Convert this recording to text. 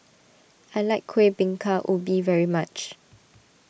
I like Kueh Bingka Ubi very much